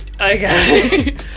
okay